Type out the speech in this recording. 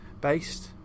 based